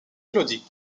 élodie